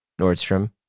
Nordstrom